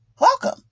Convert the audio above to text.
welcome